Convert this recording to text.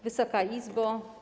Wysoka Izbo!